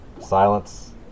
silence